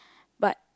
but